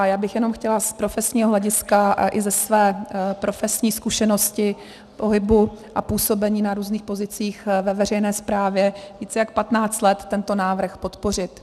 Chtěla bych jenom z profesního hlediska i ze své profesní zkušenosti pohybu a působení na různých pozicích ve veřejné správě víc jak 15 let tento návrh podpořit.